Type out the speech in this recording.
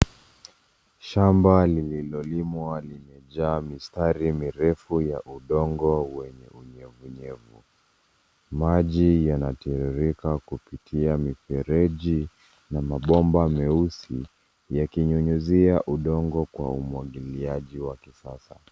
Shamba lililolimwa limejaa mistari mirefu ya udongo wenye unyevunyevu. Maji yanatirirka kupitia mifereji na mabomba meusi yakinyunyizia udongo kwa umwagiliaji wa kisasa.